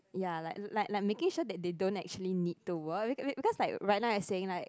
ya like like like making sure that they don't actually need to work be~ because like right now as saying like